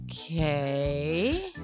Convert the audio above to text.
Okay